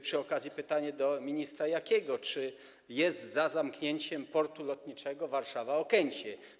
Przy okazji mam pytanie do ministra Jakiego, czy jest za zamknięciem portu lotniczego Warszawa-Okęcie.